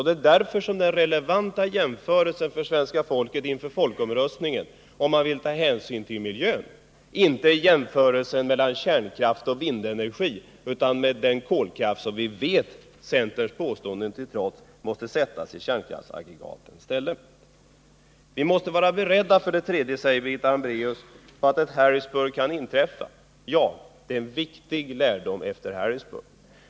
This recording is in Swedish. Det är därför som den relevanta jämförelsen för svenska folket inför folkomröstningen, om man vill ta hänsyn till miljön, inte är jämförelsen mellan kärnkraft och vindenergi utan mellan kärnkraft och den kolkraft som vi — centerns påståenden till trots — vet måste sättas i kärnkraftaggregatens ställe. 3. Vi måste vara beredda, sade Birgitta Hambraeus, på att ett Harrisburg kaninträffa. Ja, det är en viktig lärdom efter Harrisburg.